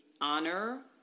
honor